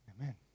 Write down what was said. amen